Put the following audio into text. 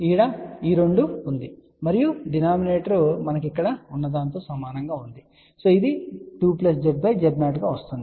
కాబట్టి ఈ రెండు ఉంది మరియు డినామినేటర్ మనకు ఇక్కడ ఉన్నదానితో సమానంగా ఉంటుంది ఇది 2ZZ0 గా వస్తుంది